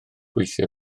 weithio